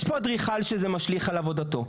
יש פה אדריכל שזה משליך על עבודתו,